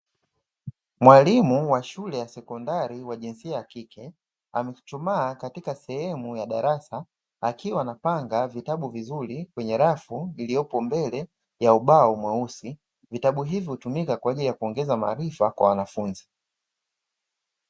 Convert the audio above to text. Mwalimu wa shule ya sekondari wa jinsia ya kike amechuchumaa katika sehemu ya darasa, akiwa anapanga vitabu vizuri kwenye rafu iliyopo mbele ya ubao mweusi. Vitabu hivyo hutumika kwa ajili ya kuongeza maarifa kwa wanafunzi.